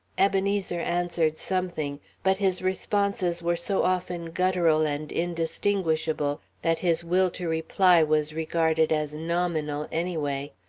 ebenezer answered something, but his responses were so often guttural and indistinguishable that his will to reply was regarded as nominal, anyway.